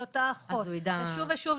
בוקר טוב לכולן ולכולם,